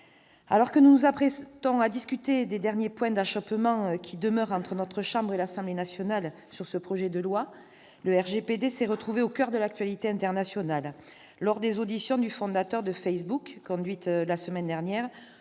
Alors que nous nous apprêtons à discuter des derniers points d'achoppement qui demeurent entre notre chambre et l'Assemblée nationale sur ce projet de loi, le RGPD s'est retrouvé au coeur de l'actualité internationale. Lors des auditions du fondateur de Facebook conduites la semaine dernière,